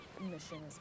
mission